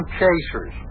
chasers